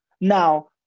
Now